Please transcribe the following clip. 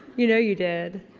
you know you did